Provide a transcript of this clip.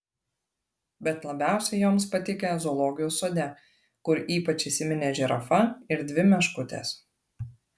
bet labiausiai joms patikę zoologijos sode kur ypač įsiminė žirafa ir dvi meškutės